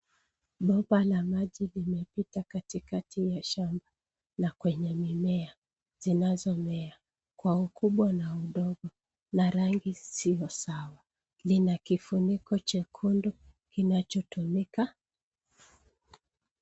Bomba la maji limepita katikati ya shamba, na kwenye mimea zinazomea kwa ukubwa na udogo, na rangi zisizo sawa. Lina kifuniko chekundu kinachotundika.